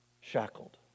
shackled